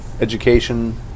Education